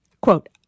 quote